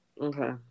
Okay